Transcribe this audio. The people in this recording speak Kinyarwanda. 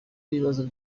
w’ibibazo